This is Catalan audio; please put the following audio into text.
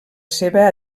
seva